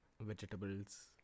Vegetables